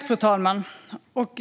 Fru talman!